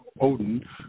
Odin